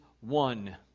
one